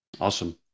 Awesome